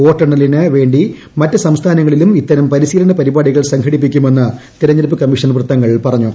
വോട്ടെണ്ണലിന് വേ ി മറ്റ് സംസ്ഥാനങ്ങളിലും ഇത്തരം പരിശീലന പരിപാടികൾ സംഘടിപ്പിക്കുമെന്ന് തിരഞ്ഞെടുപ്പ് കമ്മീഷൻ വൃത്തങ്ങൾ പറഞ്ഞു